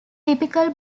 typical